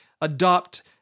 adopt